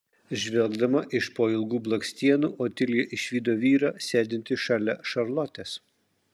žvelgdama iš po ilgų blakstienų otilija išvydo vyrą sėdintį šalia šarlotės